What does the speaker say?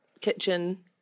kitchen